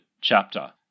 chapter